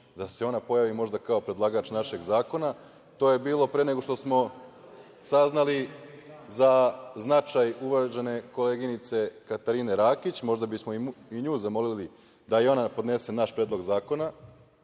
da se ona pojavi možda kao predlagač našeg zakona, ali to je bilo pre nego što smo saznali za značaj uvažene koleginice Katarine Rakić. Možda bismo i nju zamolili da i ona podnese naš predlog zakona,